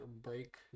break